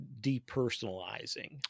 depersonalizing